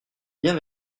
viens